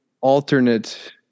alternate